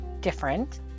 different